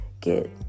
get